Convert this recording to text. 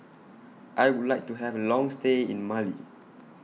I Would like to Have A Long stay in Mali